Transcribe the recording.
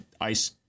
ice